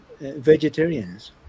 vegetarians